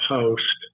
post